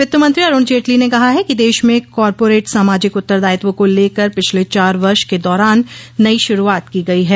वित्तमंत्री अरुण जेटली ने कहा है कि देश में कार्पोरेट सामाजिक उत्तरदायित्व को लेकर पिछले चार वर्ष के दौरान नई शुरुआत की गई है